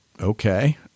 okay